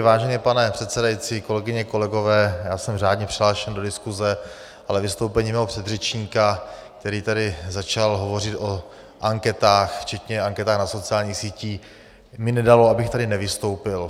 Vážený pane předsedající, kolegyně a kolegové, já jsem řádně přihlášen do diskuse, ale vystoupení mého předřečníka, který tady začal hovořit o anketách včetně anket na sociálních sítích, mi nedalo, abych tady nevystoupil.